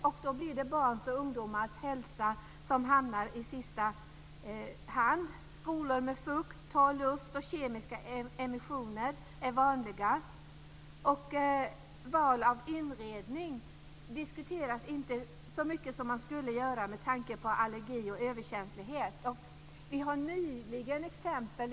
Då blir det så att barns och ungdomars hälsa kommer i sista hand. Skolor med fukt, torr luft och kemiska emissioner är vanliga. Val av inredning diskuteras inte så mycket som man skulle med tanke på allergi och överkänslighet. Vi fick nyligen ett exempel.